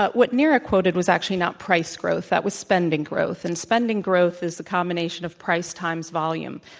but what neera quoted was actually not price growth. that was spending growth. and spending growth is the combination of price times volume.